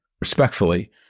respectfully